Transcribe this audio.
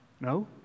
No